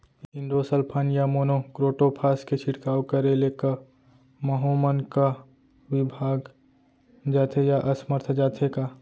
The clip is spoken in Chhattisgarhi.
इंडोसल्फान या मोनो क्रोटोफास के छिड़काव करे ले क माहो मन का विभाग जाथे या असमर्थ जाथे का?